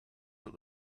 that